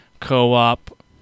co-op